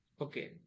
Okay